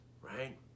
right